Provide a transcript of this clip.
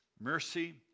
mercy